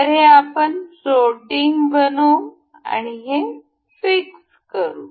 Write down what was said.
तर हे आपण फ्लोटिंग बनवू आणि हे फिक्स करू